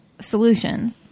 solutions